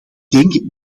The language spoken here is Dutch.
denk